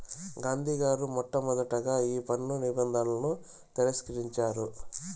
గాంధీ గారు మొట్టమొదటగా ఈ పన్ను నిబంధనలను తిరస్కరించారు